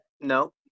No